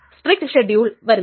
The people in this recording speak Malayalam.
സ്ടിക്ട് ഷെഡ്യൂൾ വരുന്നു